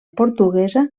portuguesa